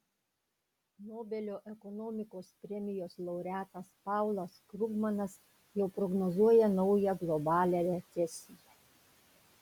nobelio ekonomikos premijos laureatas paulas krugmanas jau prognozuoja naują globalią recesiją